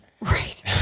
Right